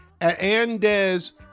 Andes